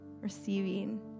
receiving